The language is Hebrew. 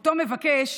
אותו מבקש